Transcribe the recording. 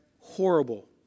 horrible